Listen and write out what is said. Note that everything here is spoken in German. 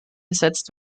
gesetzt